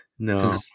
No